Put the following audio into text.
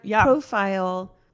profile